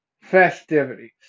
festivities